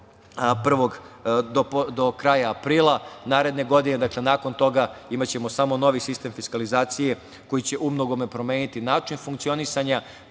do kraja aprila naredne godine, a nakon toga imaćemo samo novi sistem fiskalizacije koji će u mnogome promeniti način funkcionisanja,